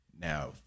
Now